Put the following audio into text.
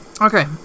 Okay